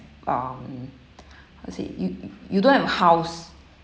uh let's say you you don't have a house